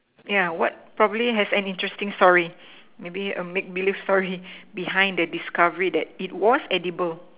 yeah what probably has an interesting story maybe a make belief story behind the discovery that it was edible